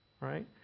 Right